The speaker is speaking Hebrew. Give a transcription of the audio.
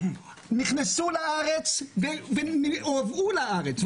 נכנסו לארץ והובאו לארץ.